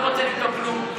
לא רוצה לבדוק כלום.